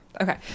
Okay